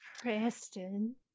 Preston